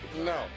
No